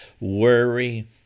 worry